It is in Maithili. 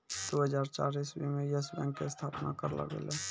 दु हजार चार इस्वी मे यस बैंक के स्थापना करलो गेलै